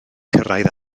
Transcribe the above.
cyrraedd